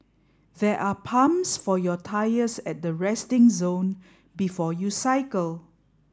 there are pumps for your tyres at the resting zone before you cycle